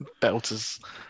Belters